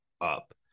up